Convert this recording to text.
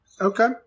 Okay